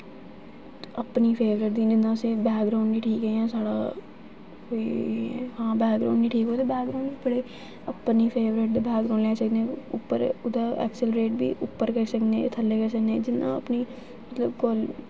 अपनी फेबरेट जि'यां असें बैक्ग्राऊंड निं ठीक ऐ जां साढ़ा कोई हां बैकग्राऊंड निं ठीक होऐ तां बैकग्राऊंड पर अपनी फेबरेट बैकग्राऊंड लेई सकने ते उप्पर ओह्दे ऐक्सलरेटर बी उप्पर करी सकने थल्लै करी सकने जिन्ना अपनी मतलब कुल